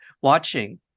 watching